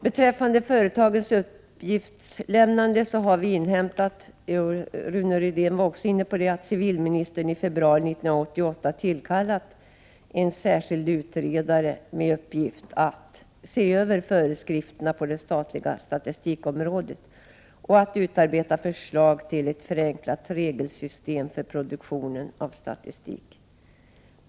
Beträffande företagens uppgiftslämnande har vi inhämtat — Rune Rydén var också inne på det — att civilministern i februari 1988 tillkallat en särskild utredare med uppgift att se över föreskrifterna på det statliga statistikområdet och att utarbeta förslag till ett förenklat regelsystem för produktionen av statistik.